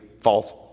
false